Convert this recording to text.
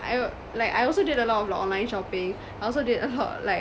I al~ like I also did a lot of online shopping I also did a lot like